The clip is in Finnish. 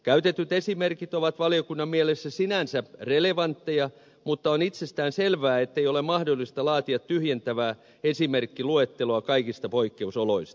käytetyt esimerkit ovat valiokunnan mielestä sinänsä relevantteja mutta on itsestäänselvää ettei ole mahdollista laatia tyhjentävää esimerkkiluetteloa kaikista poikkeusoloista